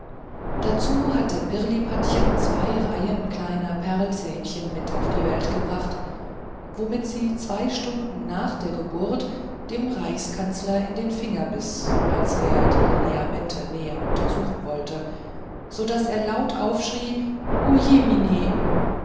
dazu hatte pirlipatchen zwei reihen kleiner perlzähnchen auf die welt gebracht womit sie zwei stunden nach der geburt dem reichskanzler in den finger biß als er die lineamente näher untersuchen wollte so daß er laut aufschrie o jemine